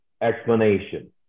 explanation